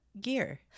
gear